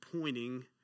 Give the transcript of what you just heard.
pointing